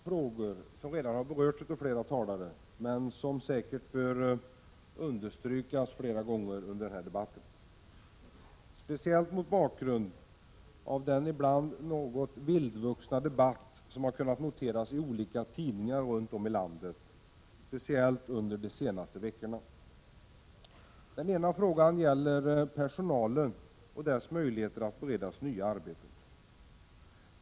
Fru talman! Jag har tänkt att beröra två frågor som redan tagits upp av flera talare, men som säkert måste understrykas mer än en gång under denna debatt, speciellt mot bakgrund av den ibland något vildvuxna debatt som kunnat noteras i olika tidningar runt om i landet, särskilt under de senaste veckorna. Den ena frågan gäller personalen och dess möjligheter att beredas nya arbeten.